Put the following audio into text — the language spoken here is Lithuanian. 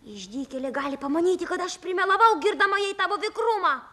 išdykėlė gali pamanyti kad aš primelavau girdama jai tavo vikrumą